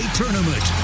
tournament